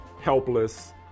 helpless